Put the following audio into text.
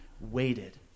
waited